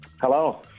Hello